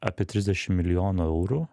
apie trisdešim milijonų eurų